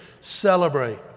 Celebrate